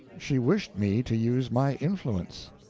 she wished me to use my influence.